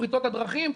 בפריצות הדרכים,